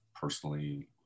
personally